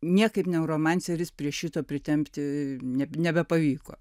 niekaip neuromanceris prie šito pritempti ne nebepavyko